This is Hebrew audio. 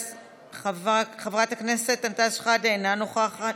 חבר הכנסת אנטאנס שחאדה, אינו נוכח,